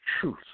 truth